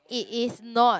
it is not